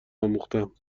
آموختهام